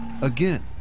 Again